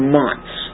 months